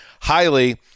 highly